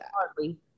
hardly